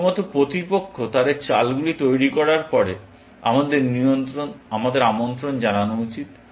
শুধুমাত্র প্রতিপক্ষ তাদের চালগুলি তৈরি করার পরে আমাদের আমন্ত্রণ জানানো উচিত